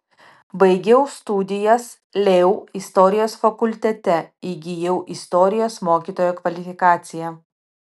baigiau studijas leu istorijos fakultete įgijau istorijos mokytojo kvalifikaciją